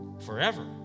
forever